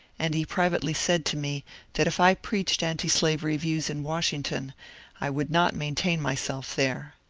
and he privately said to me that if i preached antislavery views in washington i would not maintain myself there.